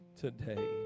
today